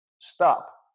Stop